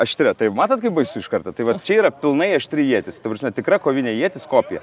aštria tai matot kaip baisu iš karto tai vat čia yra pilnai aštri ietis ta prasme tikra kovinė ietis kopija